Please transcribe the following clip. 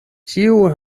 ĉiu